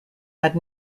had